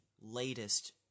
latest